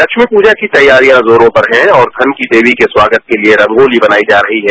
लक्मी प्रजा की तैयारियां जोरों पर हैं और धन की देवी के स्वागत केलिए रंगोली बनाई जा रही है